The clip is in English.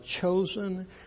chosen